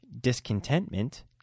discontentment